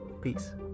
Peace